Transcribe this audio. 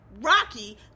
Rocky